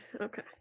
Okay